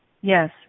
Yes